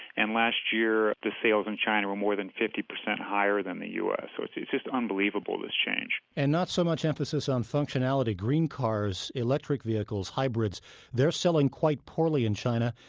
and last year, the sales in china were more than fifty percent higher than the u s. so it's it's just unbelievable, this change and not so much emphasis on functionality green cars, electric vehicles, hybrids they're selling quite poorly in china.